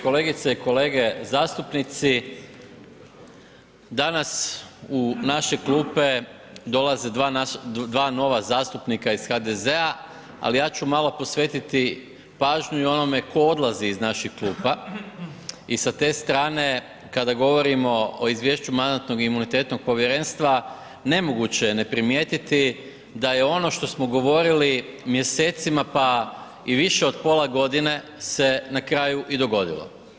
Kolegice i kolege zastupnici, danas u naše klupe dolaze dva nova zastupnika iz HDZ-a, ali ja ću malo posvetiti pažnju i onome tko odlazi iz naših klupa i sa te strane kada govorimo o Izvješću Mandatno-imunitetnog povjerenstva nemoguće je ne primijetiti da je ono što smo govorili mjesecima, pa i više od pola godine se na kraju i dogodilo.